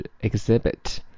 exhibit